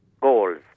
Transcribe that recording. goals